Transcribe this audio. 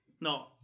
No